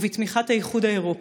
ובתמיכת האיחוד האירופי.